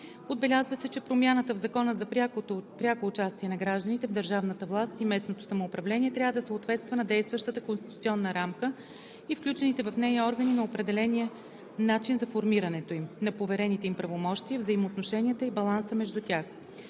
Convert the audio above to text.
Отбелязва се, че промяната в Закона за пряко участие на гражданите в държавната власт и местното самоуправление трябва да съответства на действащата конституционна рамка и включените в нея органи, на определения начин за формирането им, на поверените им правомощия, взаимоотношенията и баланса между тях.